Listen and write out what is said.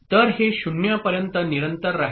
तर हे 0 पर्यंत निरंतर राहील